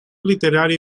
literario